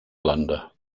blunder